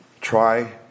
Try